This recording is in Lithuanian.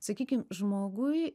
sakykim žmogui